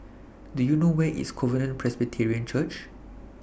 Do YOU know Where IS Covenant Presbyterian Church